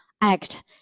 act